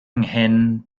nghyn